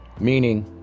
meaning